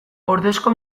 ordezko